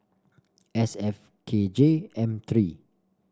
S F K J M three